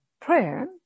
prayer